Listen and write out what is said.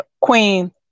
Queen